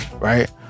right